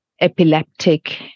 epileptic